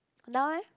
now eh